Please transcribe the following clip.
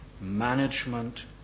management